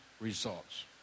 results